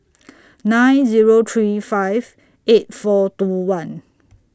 nine Zero three five eight four two one